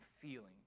feeling